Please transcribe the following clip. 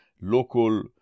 local